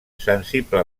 sensible